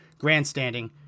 grandstanding